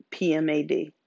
PMAD